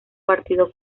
partido